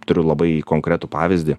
turiu labai konkretų pavyzdį